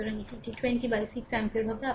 সুতরাং এটি এটি 20 বাই 6 অ্যাম্পিয়ার হবে